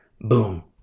Boom